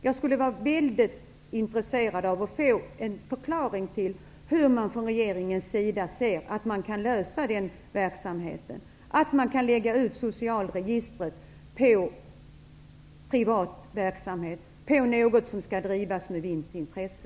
Jag skulle vara mycket intresserad av ett besked om hur man från regeringens sida ser att man kan klara denna verksamhet genom att lägga ut socialregistret i privat regi, som skall drivas med vinstintresse.